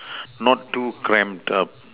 not too cramp up